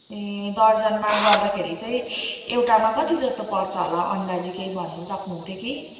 ए दर्जनमा गर्दाखेरि चाहिँ एउटामा कति जस्तो पर्छ होला अन्दाजी केही भन्नु सक्नुहुन्थ्यो कि